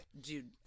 Dude